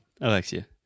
Alexia